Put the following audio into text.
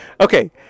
Okay